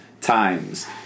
times